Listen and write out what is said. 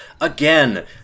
again